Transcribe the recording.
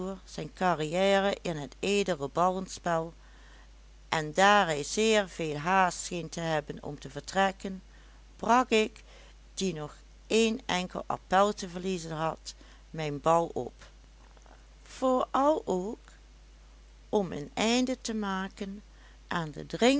zijn carrière in het edele ballenspel en daar hij zeer veel haast scheen te hebben om te vertrekken brak ik die nog een enkel appèl te verliezen had mijn bal op vooral ook om een einde te maken aan de